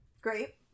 Great